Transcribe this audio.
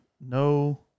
no